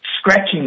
scratching